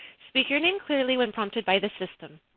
speak your name clearly when prompted by the system.